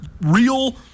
real